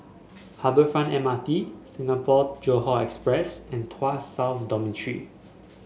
Harbour Front M R T Singapore Johore Express and Tuas South Dormitory